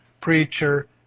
preacher